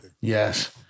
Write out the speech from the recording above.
Yes